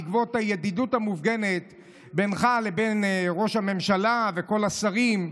בעקבות הידידות המופגנת בינך לבין ראש הממשלה וכל השרים,